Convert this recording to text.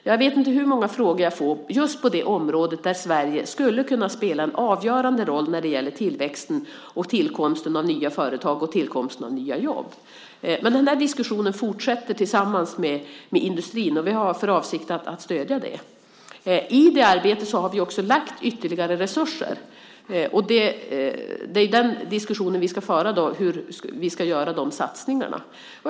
Jag vet inte hur många frågor som jag får på just det området och där Sverige skulle kunna spela en avgörande roll när det gäller tillväxten och tillkomsten av nya företag och nya jobb. Men denna diskussion tillsammans med industrin fortsätter. Och vi har för avsikt att stödja detta. I detta arbete har vi också lagt ytterligare resurser. Och vi ska föra diskussioner om hur dessa satsningar ska göras.